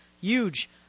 huge